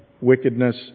wickedness